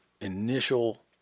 initial